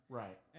right